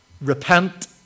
Repent